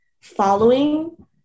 following